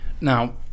Now